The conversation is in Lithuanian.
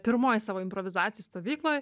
pirmoj savo improvizacijų stovykloj